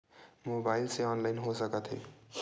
Mobile से online हो सकत हे?